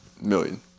million